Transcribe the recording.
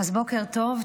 בוקר טוב.